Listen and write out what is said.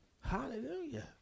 Hallelujah